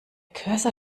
cursor